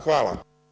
Hvala.